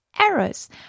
errors